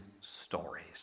stories